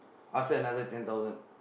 ask her another ten thousand